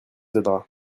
aidera